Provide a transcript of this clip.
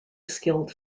skilled